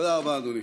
תודה רבה, אדוני.